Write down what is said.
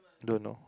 don't know